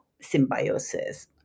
symbiosis